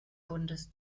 bundes